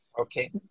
Okay